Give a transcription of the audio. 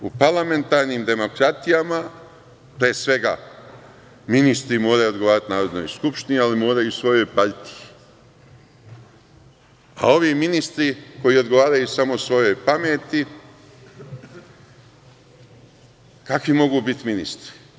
U parlamentarnim demokratijama, pre svega, ministri moraju odgovarati Narodnoj skupštini, ali moraju i svojoj partiji, a ovi ministri koji odgovaraju samo svojoj pameti, kakvi mogu biti ministri?